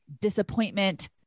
disappointment